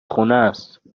خونست